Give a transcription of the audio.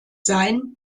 sein